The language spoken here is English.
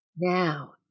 Now